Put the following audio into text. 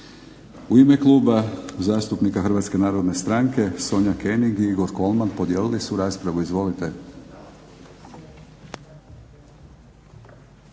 U ime kluba zastupnika HNS-a Sonja König i Igor Kolman, podijelili su raspravu. Izvolite.